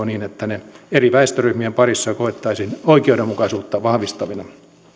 niin että ne eri väestöryhmien parissa koettaisiin oikeudenmukaisuutta vahvistavina